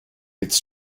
its